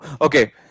Okay